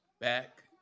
back